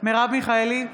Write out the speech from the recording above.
מרב מיכאלי,